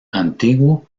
antiguo